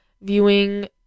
viewing